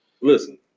Listen